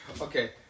Okay